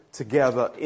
together